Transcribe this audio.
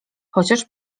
chociaż